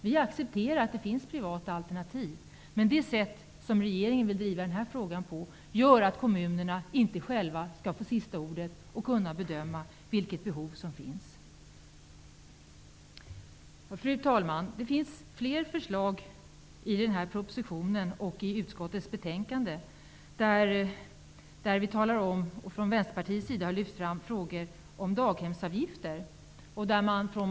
Vi accepterar att det finns privata alternativ, men det sätt som regeringen vill driva frågan på gör att kommunerna inte själva får sista ordet och inte får bedöma vilket behov som finns. Fru talman! Det finns flera förslag i propositionen och i utskottets betänkande som gäller daghemsavgifter. Vänsterpartiet har lyft fram den frågan.